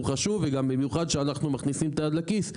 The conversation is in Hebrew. חשוב וגם במיוחד שאנחנו מכניסים את היד לכיס,